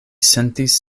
sentis